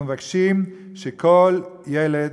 אנחנו מבקשים שכל ילד,